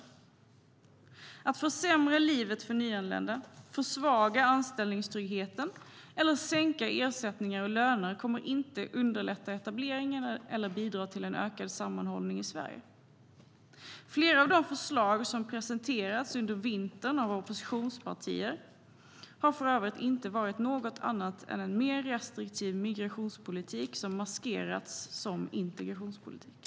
Att försämra livet för nyanlända, försvaga anställningstryggheten eller sänka ersättningar och löner kommer inte att underlätta etableringen eller bidra till en ökad sammanhållning i Sverige. Flera av de förslag som har presenterats under vintern av oppositionspartier har för övrigt inte varit något annat än en mer restriktiv migrationspolitik som har maskerats som integrationspolitik.